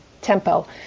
tempo